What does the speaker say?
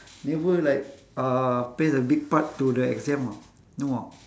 never like uh play the big part to the exam ah no ah